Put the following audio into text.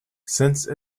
since